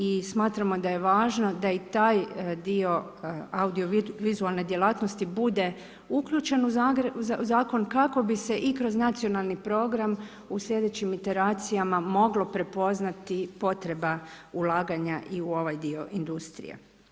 I smatramo da je važno da i taj dio audiovizualne djelatnosti bude uključen u zakon kako bi se i kroz nacionalni program u sljedećim iteracijama moglo prepoznati potreba ulaganja i u ovaj dio industrije.